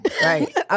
Right